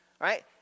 right